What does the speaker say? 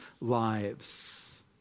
lives